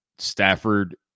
Stafford